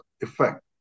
effect